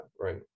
right